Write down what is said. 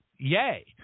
Yay